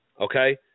okay